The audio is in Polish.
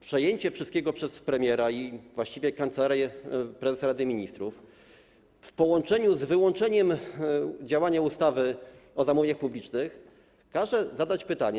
Przejęcie wszystkiego przez premiera, właściwie Kancelarię Prezesa Rady Ministrów, w połączeniu z wyłączeniem działania ustawy o zamówieniach publicznych, każe zadać pytanie: